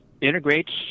integrates